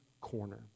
corner